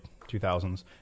2000s